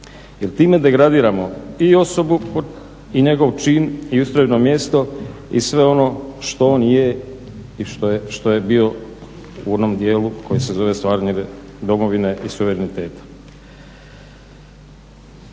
jer time degradiramo i osobu i njegov čin i ustrojno mjesto i sve ono što on je i što je bio u onom djelu koji se zove stvaranje domovine i suvereniteta.